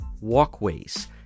walkways